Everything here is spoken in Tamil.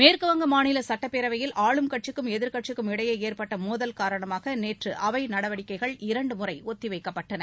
மேற்குவங்க மாநில சட்டப்பேரவையில் ஆளும் கட்சிக்கும் எதிர்க்கட்சிக்கும் இடையே ஏற்பட்ட மோதல் காரணமாக நேற்று அவை நடவடிக்கைகள் இரண்டு முறை ஒத்தி வைக்கப்பட்டன